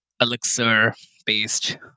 Elixir-based